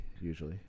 Usually